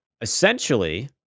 essentially